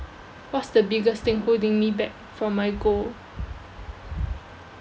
what's the biggest thing holding me back from my goal